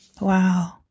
Wow